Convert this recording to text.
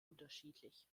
unterschiedlich